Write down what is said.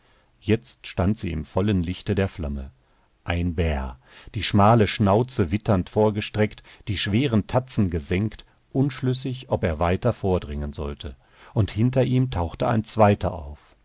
jetzt stand sie im vollen lichte der flamme ein bär die schmale schnauze witternd vorgestreckt die schweren tatzen gesenkt unschlüssig ob er weiter vordringen solle und hinter ihm tauchte ein zweiter auf